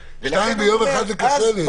שניים ביום אחד זה קשה לי.